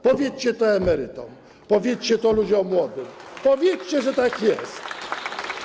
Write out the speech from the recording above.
Powiedzcie to emerytom, powiedzcie to ludziom młodym, powiedzcie, że tak jest.